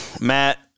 Matt